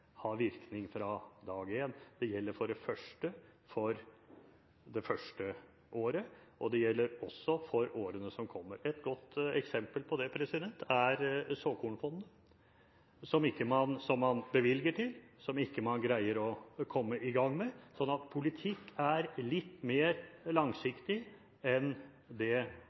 har virkning fra dag én. Først gjelder det det første året. Det gjelder også for årene som kommer. Et godt eksempel på det er såkornfondene, som man bevilger til, men som man ikke greier å komme i gang med. Så politikk er litt mer langsiktig enn det